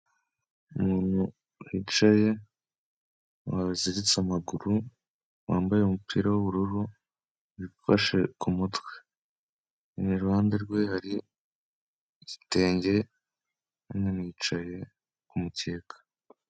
Umuntu wicaye baziritse amaguru, wambaye umupira w'ubururu wifashe ku mutwe, iruhande rwe hari igitenge, yanicaye ku mukeka.